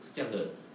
是这样的